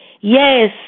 yes